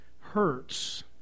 hurts